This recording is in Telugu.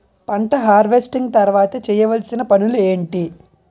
పంట హార్వెస్టింగ్ తర్వాత చేయవలసిన పనులు ఏంటి?